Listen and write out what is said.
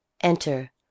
Enter